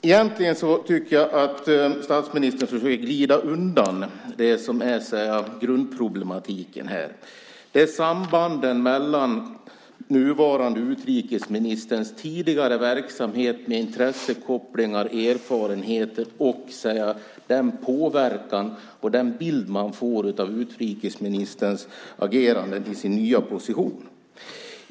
Egentligen tycker jag att statsministern försöker glida undan det som är grundproblematiken här, nämligen sambanden mellan den nuvarande utrikesministerns tidigare verksamhet med intressekopplingar, erfarenheter och den påverkan på den bild man får av utrikesministerns agerande i sin nya position.